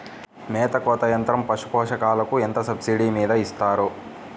మేత కోత యంత్రం పశుపోషకాలకు ఎంత సబ్సిడీ మీద ఇస్తారు?